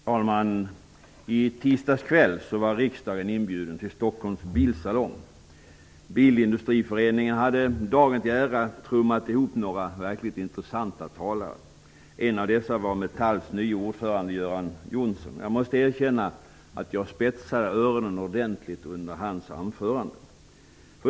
Herr talman! I tisdags kväll var riksdagen inbjuden till Stockholms bilsalong. Bilindustriföreningen hade dagen till ära trummat ihop några verkligt intressanta talare. En av dessa var Metalls nye ordförande Göran Johnsson. Jag måste erkänna att jag spetsade öronen ordentligt under hans anförande.